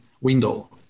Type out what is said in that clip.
window